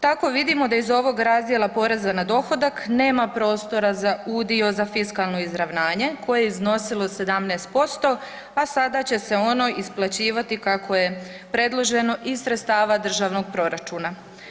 Tako vidimo da iz ovog razdjela poreza na dohodak nema prostora za udio za fiskalno izravnanje koje je iznosilo 17%, a sada će se ono isplaćivati kako je predloženo iz sredstava državnog proračuna.